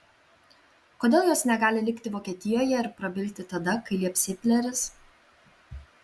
kodėl jos negali likti vokietijoje ir prabilti tada kai lieps hitleris